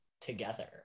together